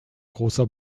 großer